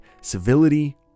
civility